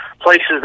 places